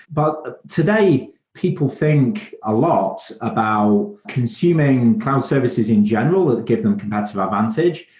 but today people think a lot about consuming cloud services in general, give them competitive advantage.